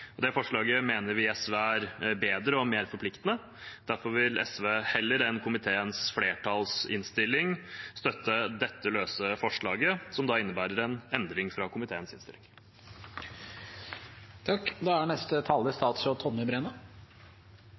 Det forslaget mener vi i SV er bedre og mer forpliktende. Derfor vil SV heller enn komiteens flertallsinnstilling støtte dette løse forslaget, som innebærer en endring fra komiteens innstilling. Jeg er